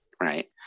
right